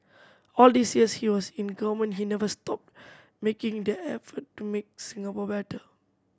all these years he was in government he never stopped making the effort to make Singapore better